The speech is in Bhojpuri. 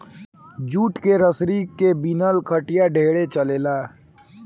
जूट के रसरी के बिनल खटिया ढेरे चलेला